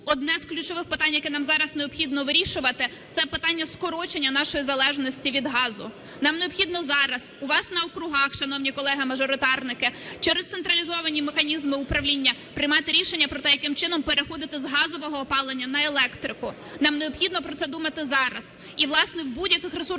одне з ключових питань, яке нам зараз необхідно вирішувати, - це питання скорочення нашої залежності від газу. Нам необхідно зараз у вас на округах, шановні колеги мажоритарники, через централізовані механізми управління приймати рішення про те, яким чином переходити з газового опалення на електрику. Нам необхідно про це думати зараз. І, власне, в будь-яких ресурсах,